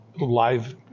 live